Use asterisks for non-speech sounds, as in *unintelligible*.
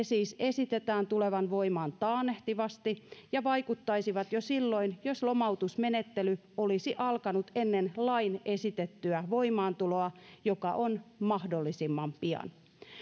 *unintelligible* siis esitetään tulevan voimaan taannehtivasti ja ne vaikuttaisivat jo silloin jos lomautusmenettely olisi alkanut ennen lain esitettyä voimaantuloa joka on mahdollisimman pian